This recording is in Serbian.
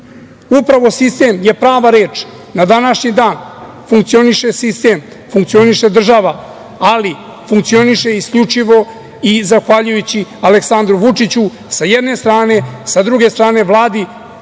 Upravo sistem je prava reč. Na današnji dan funkcioniše sistem, funkcioniše država, ali funkcioniše isključivo i zahvaljujući Aleksandru Vučiću sa jedne strane, a sa druge strane